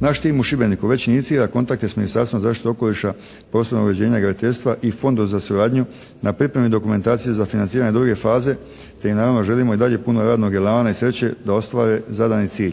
Naš tim u Šibeniku već inicira kontakte s Ministarstvom zaštite okoliša, prostornog uređenja i graditeljstva i Fonda za suradnju na pripremi dokumentacije za financiranje druge faze te i naravno želimo i dalje puno radnog elana i sreće da ostvare zadani cilj.